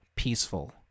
peaceful